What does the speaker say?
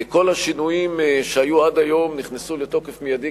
כל השינויים שהיו עד היום נכנסו לתוקף מיידי,